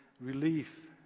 relief